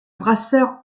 brasseur